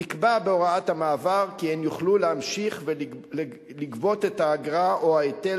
נקבע בהוראת המעבר כי הן יוכלו להמשיך ולגבות את האגרה או ההיטל